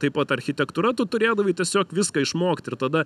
taip pat architektūra tu turėdavai tiesiog viską išmokt ir tada